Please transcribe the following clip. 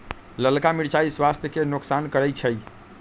ललका मिरचाइ स्वास्थ्य के नोकसान करै छइ